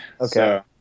Okay